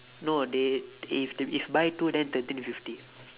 no they if if buy two then thirteen fifty